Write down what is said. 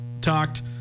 talked